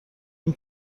این